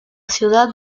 ciudad